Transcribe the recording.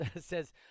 says